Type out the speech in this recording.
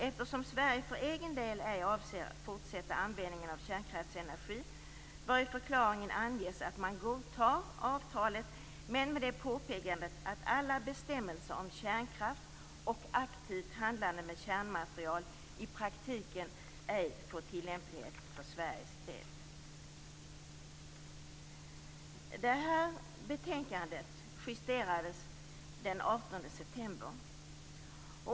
Eftersom Sverige för egen del ej avser fortsätta användningen av kärnkraftsenergi bör i förklaringen anges att man godtar avtalet men med det påpekandet att alla bestämmelser om kärnkraft och aktivt handlande med kärnmaterial i praktiken ej får tillämplighet för Sveriges del." Det här betänkandet justerades den 18 september.